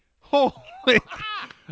Holy